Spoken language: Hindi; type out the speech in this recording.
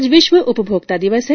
आज विश्व उपभोक्ता दिवस है